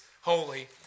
holy